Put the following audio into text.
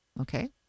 Okay